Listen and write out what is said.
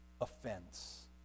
offense